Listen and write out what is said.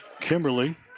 Kimberly